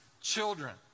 children